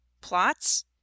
plots